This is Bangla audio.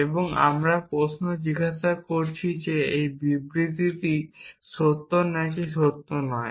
এবং আমরা প্রশ্ন জিজ্ঞাসা করছি যে এই বিবৃতিটি সত্য নাকি সত্য নয়